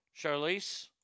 Charlize